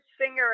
singer